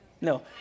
No